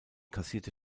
kassierte